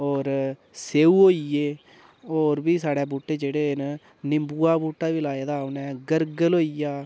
ते होर स्येऊ होइये होर बी साढ़े बूह्टे जेह्ड़े न निम्बुआ बूह्टा बी लाये दा हा उ'नें गरगल होइया